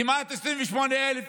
כמעט 28,000 תושבים,